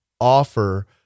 offer